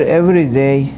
everyday